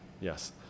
Yes